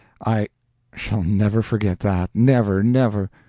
i shall never forget that never, never.